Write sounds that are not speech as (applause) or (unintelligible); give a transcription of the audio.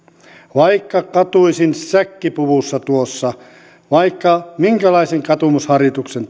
vaikka katuisin säkkipuvussa tuossa vaikka minkälaisen katumusharjoituksen (unintelligible)